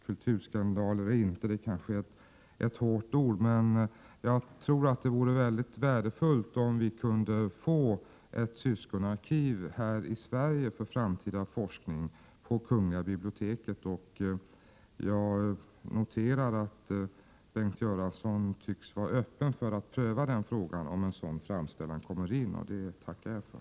Kulturskandal eller inte — det är kanske litet hårt använda det ordet — vad vet jag? Jag tror i varje fall att det skulle vara mycket värdefullt om vi kunde få ett syskonarkiv här i Sverige för framtida forskning på kungliga biblioteket. Jag noterar att Bengt Göransson tycks vara öppen för att pröva frågan, om en sådan framställan blir aktuell, och det tackar jag för.